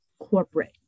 corporate